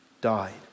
died